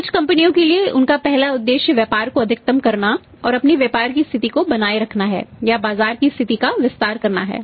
कुछ कंपनियों के लिए उनका पहला उद्देश्य व्यापार को अधिकतम करना और अपनी व्यापार की स्थिति को बनाए रखना है या बाजार की स्थिति का विस्तार करना है